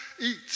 eat